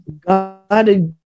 God